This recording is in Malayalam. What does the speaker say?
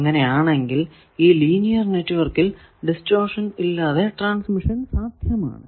അങ്ങനെ ആണെങ്കിൽ ഈ ലീനിയർ നെറ്റ്വർക്കിൽ ഡിസ്റ്റോർഷൻ ഇല്ലാതെ ട്രാൻസ്മിഷൻ സാധ്യമാണ്